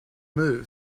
moved